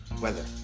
weather